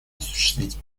осуществить